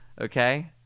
okay